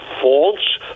false